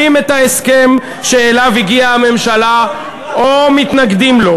את ההסכם שאליו הגיעה הממשלה או מתנגדים לו.